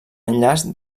enllaç